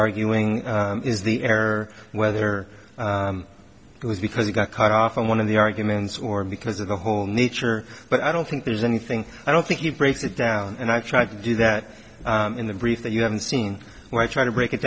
arguing is the error whether it was because he got cut off in one of the arguments or because of the whole nature but i don't think there's anything i don't think you breaks it down and i tried to do that in the brief that you haven't seen when i try to break it